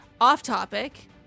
Off-topic